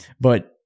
But-